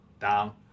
Down